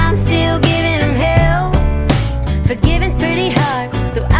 um still giving em hell forgiving's pretty hard so